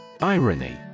Irony